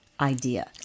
idea